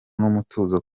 n’umutuzo